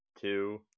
two